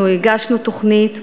אנחנו הגשנו תוכנית,